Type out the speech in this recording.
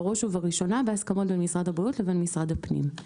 בראש ובראשונה בהסכמות בין משרד הבריאות לבין משרד הפנים.